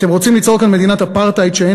אתם רוצים ליצור כאן מדינת אפרטהייד שאין